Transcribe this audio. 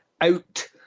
out